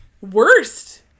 Worst